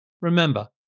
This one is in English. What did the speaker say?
Remember